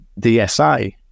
DSI